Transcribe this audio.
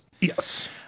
Yes